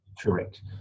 Correct